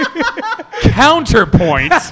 Counterpoint